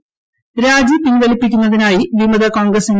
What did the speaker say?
മുതൽ രാജി പിൻവലിപ്പിക്കുന്നതിനായി വിമത കോൺഗ്രസ് എം